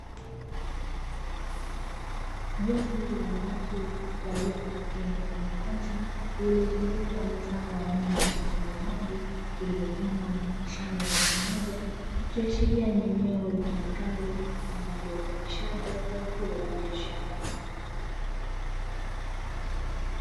Jopo la watu walio katika eneo la wazi, lililozungukwa na zao aina ya vitunguu maji vilivyovunwa na kukusanywa kwa pamoja. Ikiashiria ni eneo litumikalo kwa ajili ya uzalishaji wa zao hilo la kibiashara.